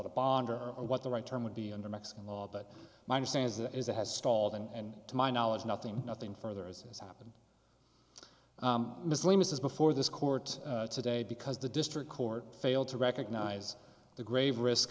it a bond or what the right term would be under mexican law but my understands it is a has stalled and to my knowledge nothing nothing further as has happened miscellaneous is before this court today because the district court failed to recognize the grave risk